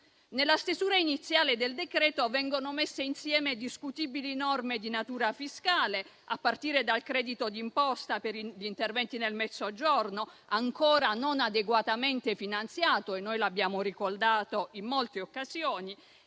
Nella stesura iniziale del decreto-legge vengono messe insieme discutibili norme di natura fiscale, a partire dal credito d'imposta per gli interventi nel Mezzogiorno, ancora non adeguatamente finanziato (noi l'abbiamo ricordato in molte occasioni),